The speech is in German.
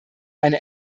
eine